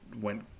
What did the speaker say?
went